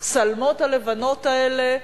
השלמות הלבנות האלה,